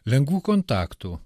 lengvų kontaktų